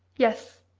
yes!